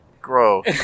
Gross